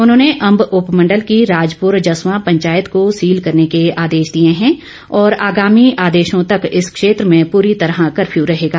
उन्होंने अंब उपमंडल की राजपुर जस्वां पंचायत को सील करने के आदेश दिए हैं और आगामी आदेशों तक इस क्षेत्र में पूरी तरह कफ़र्यू रहेगा